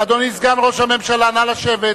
אדוני סגן ראש הממשלה, נא לשבת.